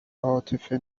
عاطفه